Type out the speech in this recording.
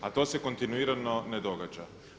A to se kontinuirano ne događa.